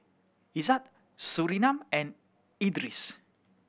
Izzat Surinam and Idris